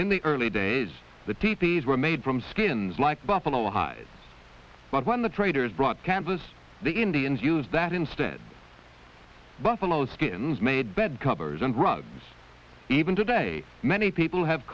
in the early days the tepees were made from skins like buffalo highs but when the traders brought kansas the indians use that instead buffalo skins made bed covers and rugs even today many people have